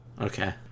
Okay